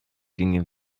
ginge